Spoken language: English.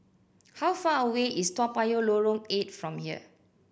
how far away is Toa Payoh Lorong Eight from here